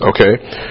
okay